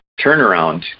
turnaround